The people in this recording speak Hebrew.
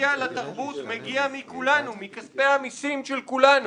שמגיע לתרבות מגיע מכולנו, מכספי המיסים של כולנו